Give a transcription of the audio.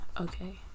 okay